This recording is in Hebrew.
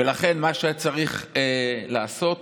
ולכן מה שצריך לעשות